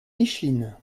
micheline